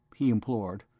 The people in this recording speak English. he implored,